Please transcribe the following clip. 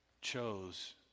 chose